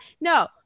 no